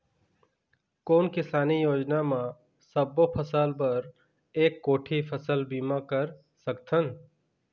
कोन किसानी योजना म सबों फ़सल बर एक कोठी फ़सल बीमा कर सकथन?